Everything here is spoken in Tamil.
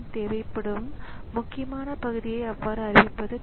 இப்போது கெர்னல் லோட் செய்யப்பட்டுள்ளது